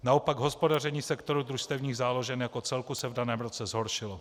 Naopak hospodaření sektoru družstevních záložen jako celku se v daném roce zhoršilo.